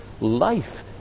life